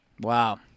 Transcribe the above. Wow